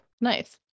Nice